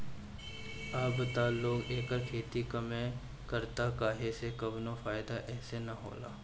अब त लोग एकर खेती कमे करता काहे से कवनो फ़ायदा एसे न होला